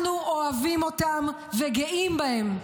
אנחנו אוהבים אותם וגאים בהם.